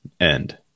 end